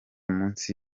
munsi